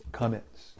comments